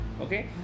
okay